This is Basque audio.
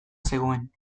zegoen